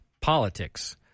politics